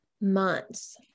Months